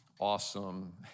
awesome